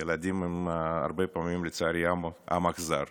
ילדים הם הרבה פעמים, לצערי, עם אכזר,